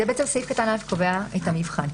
סעיף קטן (א) קובע את המבחן,